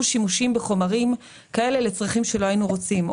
שימושים בחומרים כאלה לצרכים שלא היינו רוצים.